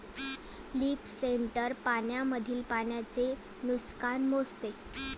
leaf sensor पानांमधील पाण्याचे नुकसान मोजते